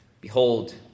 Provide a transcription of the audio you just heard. Behold